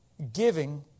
Giving